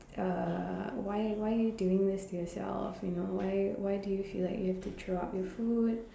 uh why why are you doing this to yourself you know why why do you feel like you have to throw up your food